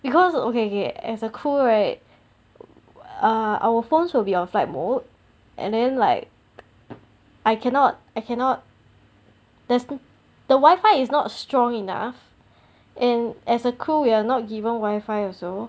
because oh okay okay as a crew right err our phones will be on flight mode and then like I cannot I cannot there's the wifi is not strong enough and as a crew we're not given wifi also